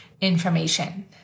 information